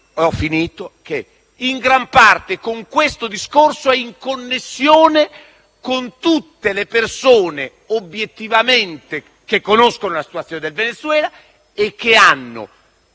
obiettiva che in gran parte, con questo discorso, è in connessione con tutte le persone che conoscono la situazione del Venezuela e che hanno,